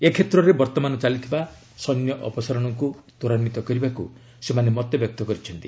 ଏ କ୍ଷେତ୍ରରେ ବର୍ତ୍ତମାନ ଚାଲିଥିବା ସୈନ୍ୟ ଅପସାରଣକୁ ତ୍ୱରାନ୍ଧିତ କରିବାକୁ ସେମାନେ ମତବ୍ୟକ୍ତ କରିଛନ୍ତି